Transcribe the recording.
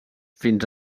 fins